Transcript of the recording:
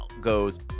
goes